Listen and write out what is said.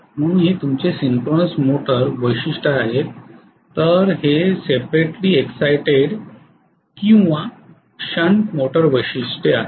म्हणून हे तुमचे सिन्क्रोनस मोटर वैशिष्ट्ये आहेत तर हे सेपरेटली इक्साइटड किंवा शंट मोटर वैशिष्ट्ये आहेत